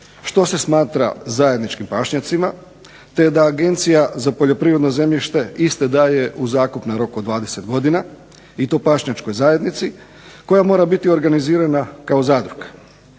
što se smatra zajedničkim pašnjacima te da Agencija za poljoprivredno zemljište iste daje u zakup na rok od 20 godina i to pašnjačkoj zajednici koja mora biti organizirana kao zadruga.